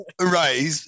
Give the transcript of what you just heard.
Right